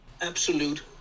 absolute